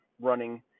running